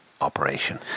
operation